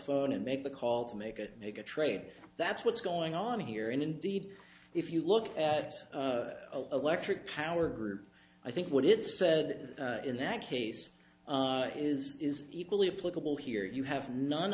phone and make the call to make it make a trade that's what's going on here and indeed if you look at electric power group i think what it said in that case is is equally applicable here you have none